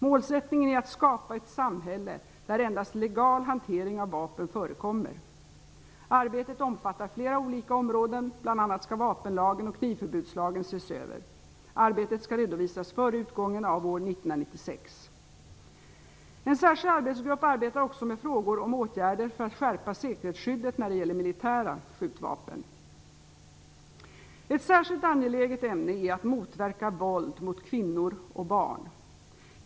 Målsättningen är att skapa ett samhälle där endast legal hantering av vapen förekommer. Arbetet omfattar flera olika områden, bl.a. skall vapenlagen och knivförbudslagen ses över. Arbetet skall redovisas före utgången av år 1996. En särskild arbetsgrupp arbetar också med frågor om åtgärder för att skärpa säkerhetsskyddet när det gäller militära skjutvapen. Ett särskilt angeläget ämne är att motverka våld mot kvinnor och barn.